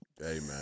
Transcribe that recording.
amen